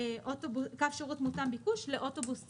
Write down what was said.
קו שירות מותאם ביקוש לאוטובוס ציבורי.